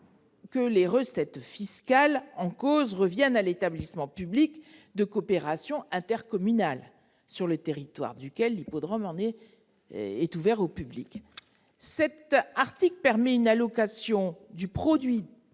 que les recettes fiscales en question reviennent à l'établissement public de coopération intercommunale sur le territoire duquel l'hippodrome est ouvert au public. Mon amendement tend à mettre en place une allocation du produit